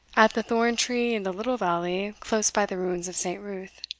at the thorn-tree in the little valley close by the ruins of st. ruth.